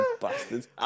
bastards